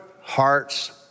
hearts